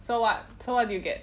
so what so what do you get